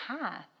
path